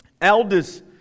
Elders